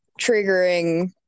triggering